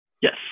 Yes